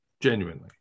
Genuinely